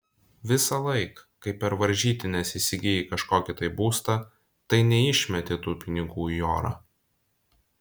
visąlaik kai per varžytines įsigyji kažkokį tai būstą tai neišmeti tų pinigų į orą